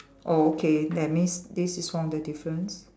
oh okay that means this is one of the difference